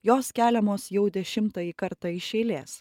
jos keliamos jau dešimtąjį kartą iš eilės